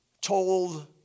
told